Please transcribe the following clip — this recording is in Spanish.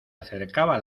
acercaba